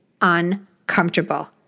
uncomfortable